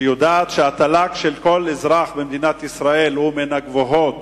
שיודעת שהתל"ג של כל אזרח במדינת ישראל הוא מן הגבוהים,